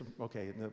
okay